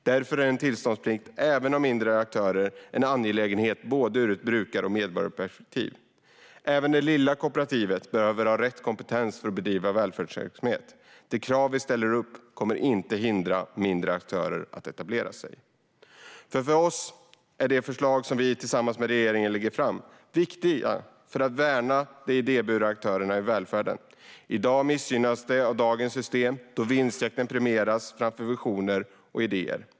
Därför är en tillståndsplikt även för mindre aktörer en angelägenhet ur både ett brukar och ett medborgarperspektiv. Även det lilla kooperativet behöver ha rätt kompetens för att bedriva välfärdsverksamhet. De krav som vi ställer upp kommer inte att hindra mindre aktörer från att etablera sig. För oss är de förslag som vi tillsammans med regeringen lägger fram viktiga för att värna de idéburna aktörerna i välfärden. I dag missgynnas de av dagens system då vinstjakten premieras framför de med visioner och idéer.